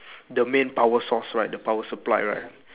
the main power source right the power supply right